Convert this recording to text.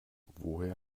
woher